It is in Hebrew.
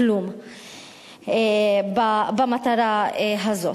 כלום במטרה הזאת.